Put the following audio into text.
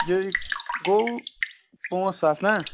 یہِ گوٚو پانٛژھ ساس نہ